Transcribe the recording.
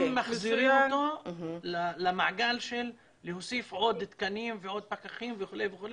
האם מחזירים אותו כדי להוסיף עוד תקנים ועוד פקחים וכו',